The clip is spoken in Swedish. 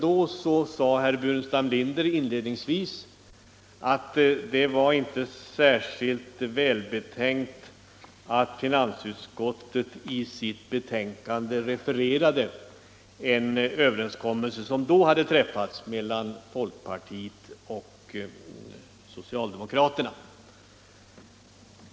Även då sade herr Burenstam Linder inledningsvis att det inte var särskilt välbetänkt av finansutskottet att i sitt betänkande referera till den överenskommelse som då hade träffats mellan folkpartiet och socialdemokraterna.